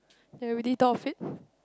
never really thought of it